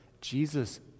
Jesus